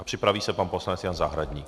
A připraví se pan poslanec Jan Zahradník.